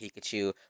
Pikachu